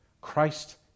Christ